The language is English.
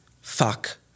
fuck